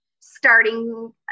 starting